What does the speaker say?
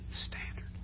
standard